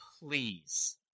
Please